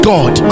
God